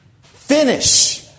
Finish